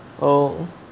oh